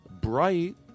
Bright